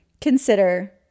consider